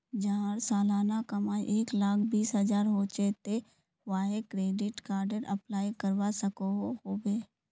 जहार सालाना कमाई एक लाख बीस हजार होचे ते वाहें क्रेडिट कार्डेर अप्लाई करवा सकोहो होबे?